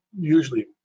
usually